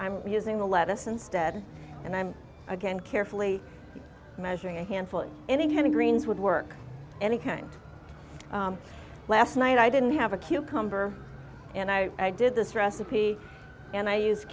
i'm using the lettuce ansted and i'm again carefully measuring a handful of any kind of greens would work any kind last night i didn't have a cucumber and i did this recipe and i use